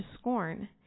scorn